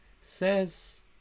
Says